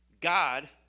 God